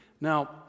now